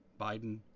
Biden